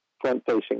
front-facing